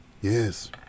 Yes